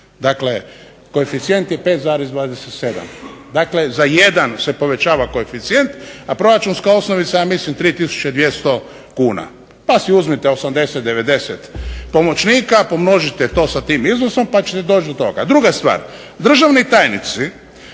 dakle koeficijent je 5,27, dakle za jedan se povećava koeficijent, a proračunska osnovica ja mislim 3 tisuće 200 kuna. Pa si uzmite 80, 90 pomoćnika, pomnožite to sa tim iznosom pa ćete doći do toga. Druga stvar, državni tajnici